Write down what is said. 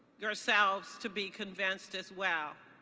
yourselves to be convinced, as well,